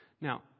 Now